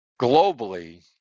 globally